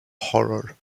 horror